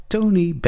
Tony